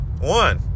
One